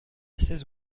seize